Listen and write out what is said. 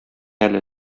әле